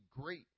great